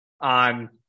on